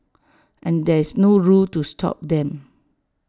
and there's no rule to stop them